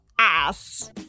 ass